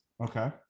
Okay